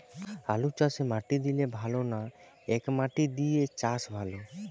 আলুচাষে মাটি দিলে ভালো না একমাটি দিয়ে চাষ ভালো?